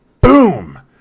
BOOM